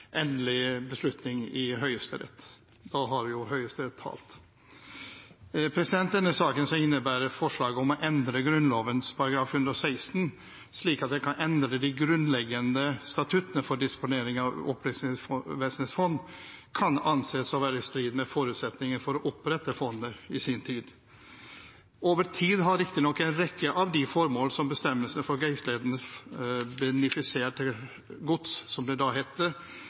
endelig beslutning i saken. Da har Høyesterett talt. Denne saken, som innebærer forslag om å endre Grunnloven § 106, slik at man kan endre de grunnleggende statuttene for disponering av Opplysningsvesenets fond, kan anses å være i strid med forutsetningen for å opprette fondet i sin tid. Over tid har riktignok en rekke av de formål som bestemmelsene for geistlighetens benefiserte gods, som det heter,